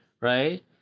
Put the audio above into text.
right